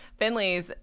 Finleys